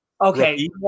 Okay